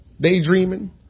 Daydreaming